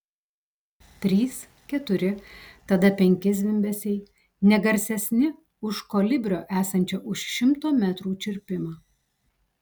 trys keturi tada penki zvimbesiai ne garsesni už kolibrio esančio už šimto metrų čirpimą